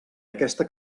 aquesta